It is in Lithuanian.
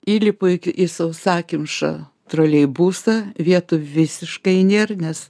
įlipu iki į sausakimšą troleibusą vietų visiškai nėr nes